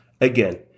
Again